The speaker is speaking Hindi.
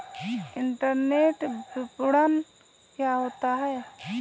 इंटरनेट विपणन क्या होता है?